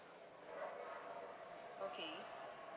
okay